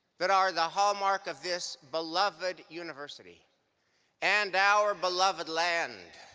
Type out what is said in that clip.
that are the hallmark of this beloved university and our beloved land,